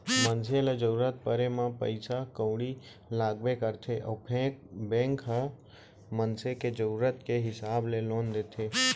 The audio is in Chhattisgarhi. मनसे ल जरूरत परे म पइसा कउड़ी लागबे करथे अउ बेंक ह मनसे के जरूरत के हिसाब ले लोन देथे